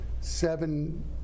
seven